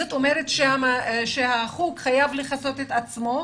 זאת אומרת שהחוג חייב לכסות את עצמו.